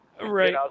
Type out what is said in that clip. Right